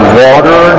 water